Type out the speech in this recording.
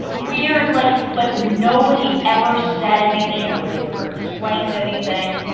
ah weird, like, but nobody ever said anything. nobody ever explained anything,